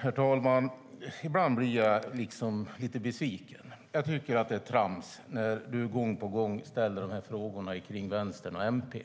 Herr talman! Ibland blir jag lite besviken. Jag tycker att det är trams när försvarsministern gång på gång ställer de här frågorna om Vänstern och MP.